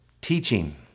teaching